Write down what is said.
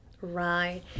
Right